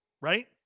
right